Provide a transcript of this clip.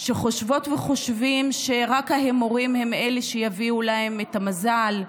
שחושבות וחושבים שרק ההימורים הם שיביאו להם את המזל,